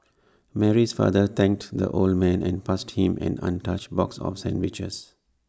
Mary's father thanked the old man and passed him an untouched box of sandwiches